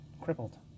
crippled